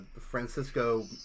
Francisco